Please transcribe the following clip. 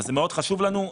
אז זה מאוד חשוב לנו.